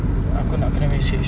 kau call call kejap